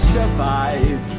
survive